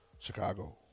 Chicago